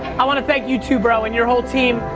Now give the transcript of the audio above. i wanna thank you too bro, and you're whole team,